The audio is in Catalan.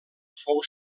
fou